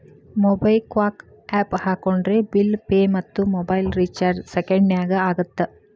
MobiKwik app ಹಾಕೊಂಡ್ರೆ bill pay ಮತ್ತ mobile recharge ಸೆಕೆಂಡನ್ಯಾಗ ಆಗತ್ತ